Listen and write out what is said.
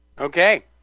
Okay